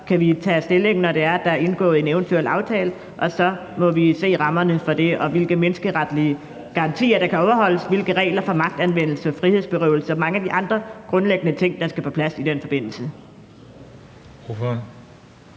kan vi tage stilling, når der er indgået en eventuel aftale, og så må vi se på rammerne for det og på, hvilke menneskeretlige garantier der kan overholdes, og på regler for magtanvendelse og frihedsberøvelse og mange af de andre grundlæggende ting, der skal på plads i den forbindelse.